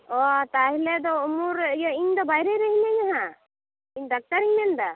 ᱚᱸᱻ ᱛᱟᱦᱚᱞᱮ ᱫᱚ ᱩᱱᱩᱞ ᱨᱮ ᱤᱭᱟᱹ ᱤᱧ ᱫᱚ ᱵᱟᱭᱨᱮ ᱦᱮᱱᱟᱹᱧᱟ ᱦᱟᱜ ᱤᱧ ᱰᱟᱠᱛᱟᱨ ᱤᱧ ᱢᱮᱱᱮᱫᱟ